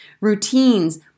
routines